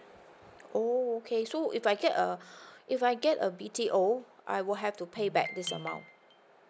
oh okay so if I get uh if I get a BTO I will have to pay back this amount